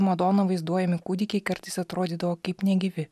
madona vaizduojami kūdikiai kartais atrodydavo kaip negyvi